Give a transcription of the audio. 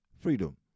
freedom